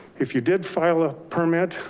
if you did file a permit,